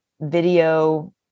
video